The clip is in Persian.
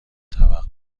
توقفی